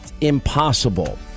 impossible